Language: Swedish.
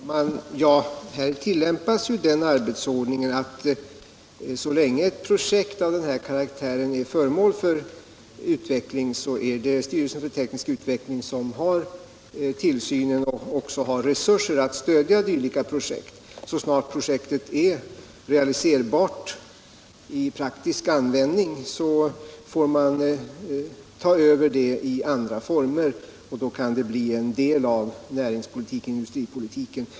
Herr talman! Här tillämpas den arbetsordningen att så länge ett projekt av den här karaktären är föremål för utveckling, är det styrelsen för teknisk utveckling som har tillsynen över och även resurser att stödja dylika projekt. Så snart projektet är realiserbart i praktisk användning, får man ta över det i andra former, och då kan det bli en del av näringspolitiken och industripolitiken.